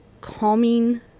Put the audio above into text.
calming